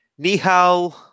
Nihal